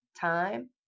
time